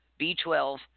B12